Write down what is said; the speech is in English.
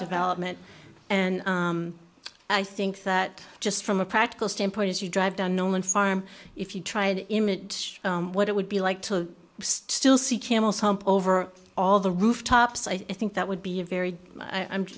development and i think that just from a practical standpoint as you drive down nolan farm if you tried image what it would be like to still see camel's hump over all the rooftops i think that would be a very i